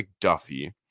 McDuffie